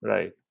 Right